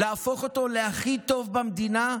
להפוך אותו להכי טוב במדינה,